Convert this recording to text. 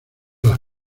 las